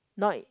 not